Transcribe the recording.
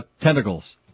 tentacles